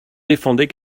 défendait